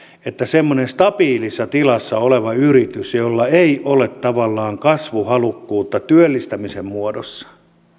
semmoinen stabiilissa tilassa oleva yritys jolla ei ole tavallaan kasvuhalukkuutta työllistämisen muodossa